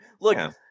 look